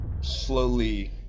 Slowly